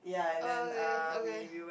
okay okay